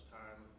time